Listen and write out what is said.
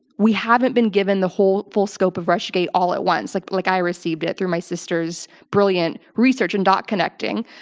we haven't been given the whole full scope of russiagate all at once, like like i received it, through my sister's brilliant research and dot connecting.